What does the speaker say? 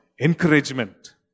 encouragement